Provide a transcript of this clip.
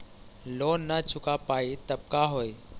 Loan न चुका पाई तब का होई?